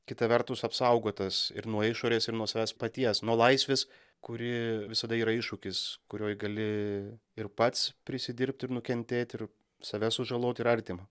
kita vertus apsaugotas ir nuo išorės ir nuo savęs paties nuo laisvės kuri visada yra iššūkis kurioj gali ir pats prisidirbt ir nukentėt ir save sužalot ir artimą